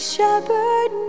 Shepherd